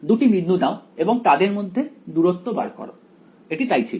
দুটি বিন্দু নাও এবং তাদের মধ্যে দূরত্ব বার করো এটি তাই ছিল